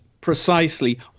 precisely